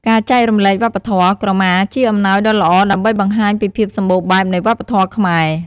ការចែករំលែកវប្បធម៌ ក្រមាជាអំណោយដ៏ល្អដើម្បីបង្ហាញពីភាពសម្បូរបែបនៃវប្បធម៌ខ្មែរ។